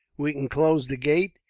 we can close the gate,